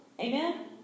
Amen